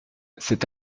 cet